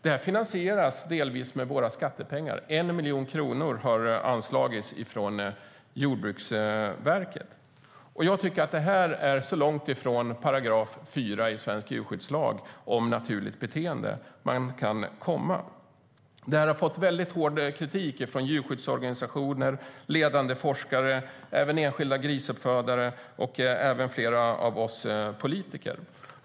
Detta finansieras delvis med våra skattepengar; 1 miljon kronor har anslagits från Jordbruksverket.Jag tycker att det här är så långt ifrån § 4 i svensk djurskyddslag om naturligt beteende man kan komma. Det har fått väldigt hård kritik från djurskyddsorganisationer, enskilda forskare, enskilda grisuppfödare och även flera av oss politiker.